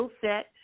set